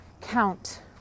count